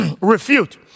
Refute